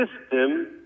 system